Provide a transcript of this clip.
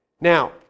Now